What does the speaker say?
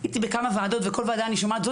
הייתי בכמה ועדות ובכל ועדה אני שומעת: זאת